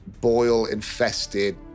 boil-infested